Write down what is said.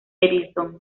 edison